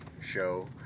show